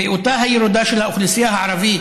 בריאותה הירודה של האוכלוסייה הערבית,